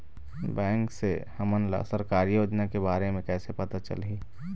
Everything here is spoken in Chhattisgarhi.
बैंक से हमन ला सरकारी योजना के बारे मे कैसे पता चलही?